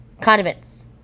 condiments